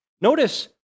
Notice